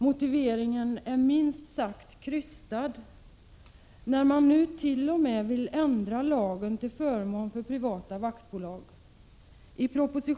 Motiveringen är minst sagt krystad när man nu t.o.m. vill ändra lagen till förmån för privata vaktbolag.